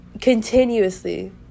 Continuously